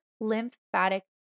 lymphatic